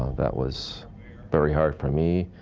that was very hard for me,